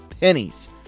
pennies